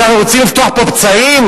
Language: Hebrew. אנחנו רוצים לפתוח פה פצעים?